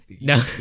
No